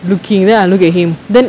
looking then I look at him then